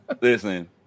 listen